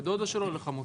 לדודה שלו או לחמותו.